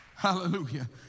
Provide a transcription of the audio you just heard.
Hallelujah